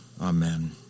Amen